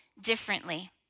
differently